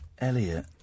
Elliot